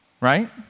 Right